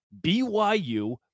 BYU